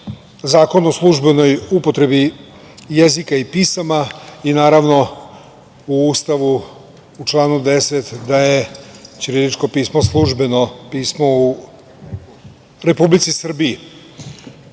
Zakon o službenoj upotrebi jezika i pisama i naravno u Ustavu, u članu 10, da je ćiriličko pismo službeno pismo u Republici